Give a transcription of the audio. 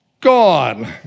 Gone